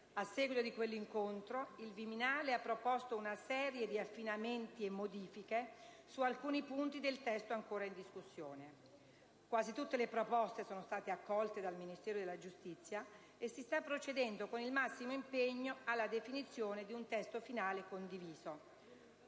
"A seguito di quell'incontro, il Viminale ha proposto una serie di affinamenti e di modifiche su alcuni punti del testo ancora in discussione. Quasi tutte le proposte sono state accolte dal Ministero della giustizia e si sta procedendo con il massimo impegno alla definizione di un testo finale condiviso.